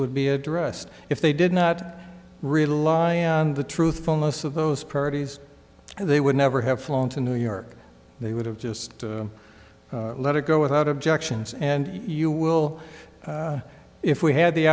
would be addressed if they did not rely on the truthfulness of those parties they would never have flown to new york they would have just let it go without objections and you will if we had the